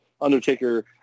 Undertaker